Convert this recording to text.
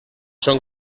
són